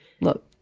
look